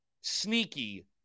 sneaky